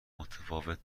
متفاوت